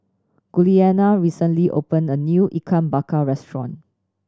Giuliana recently opened a new Ikan Bakar restaurant